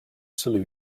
saloon